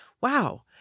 Wow